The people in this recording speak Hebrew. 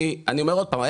אני אומר עוד פעם,